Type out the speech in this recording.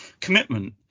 commitment